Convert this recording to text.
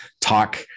talk